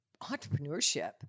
entrepreneurship